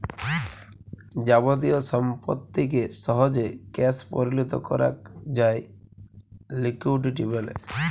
যাবতীয় সম্পত্তিকে সহজে ক্যাশ পরিলত করাক যায় লিকুইডিটি ব্যলে